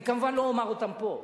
אני כמובן לא אומר אותם פה,